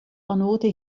anode